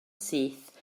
syth